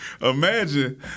Imagine